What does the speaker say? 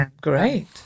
Great